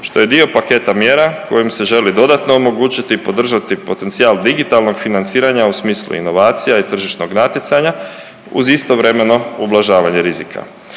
što je dio paketa mjera kojim se želi dodatno omogućiti i podržati potencijal digitalnog financiranja u smislu inovacija i tržišnog natjecanja, uz istovremeno ublažavanja rizika.